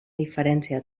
diferència